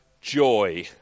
joy